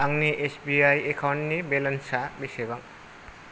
आंनि S B I एकाउन्टनि बेलेन्सा बेसेबां